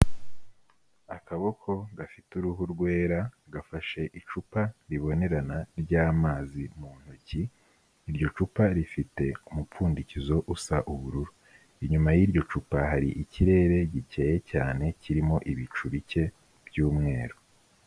Akaboko gafite uruhu rwera gafashe icupa ribonerana ry'amazi mu ntoki, iryo cupa rifite umupfundikizo usa ubururu, inyuma y'iryo cupa hari ikirere gikeye cyane kirimo ibicu bike by'umweru.